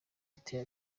ateye